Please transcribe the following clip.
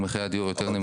ומחירי הדיור יותר נמוכים.